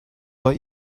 bei